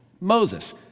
Moses